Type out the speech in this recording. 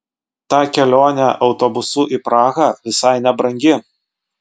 ta kelionė autobusu į prahą visai nebrangi